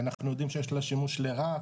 ואנחנו יודעים שיש לה שימוש לרעה,